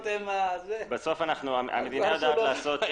אחד --- בסוף המדינה יודעת לעשות